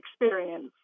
Experience